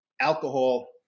alcohol